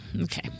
Okay